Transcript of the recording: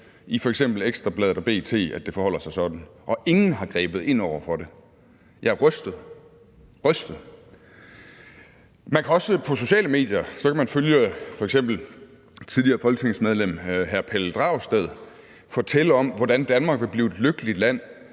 i f.eks. Ekstra Bladet og B.T., at det forholder sig sådan, og ingen har grebet ind over for det. Jeg er rystet – rystet! Man kan også på sociale medier følge f.eks. tidligere folketingsmedlem hr. Pelle Dragsted, som fortæller om, hvordan Danmark vil blive et lykkeligt land,